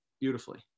beautifully